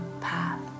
path